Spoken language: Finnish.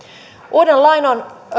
uuden lain on